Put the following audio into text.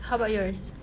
how about yours